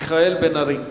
מיכאל בן-ארי.